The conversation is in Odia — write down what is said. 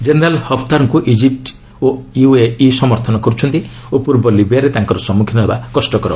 ଜେନେରାଲ୍ ହଫ୍ତାରଙ୍କୁ ଇଜିପ୍ ଓ ୟୁଏଇ ସମର୍ଥନ କରୁଛନ୍ତି ଓ ପୂର୍ବ ଲିବିଆରେ ତାଙ୍କର ସମ୍ମୁଖୀନ ହେବା କଷ୍ଟକର